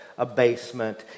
abasement